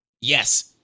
Yes